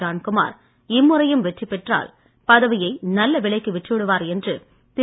ஜான்குமார் இம்முறையும் வெற்றிபெற்றால் பதவியை நல்ல விலைக்கு விற்றுவிடுவார் என்று திரு